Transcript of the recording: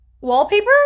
wallpaper